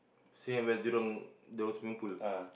stay at where Jurong the swimming pool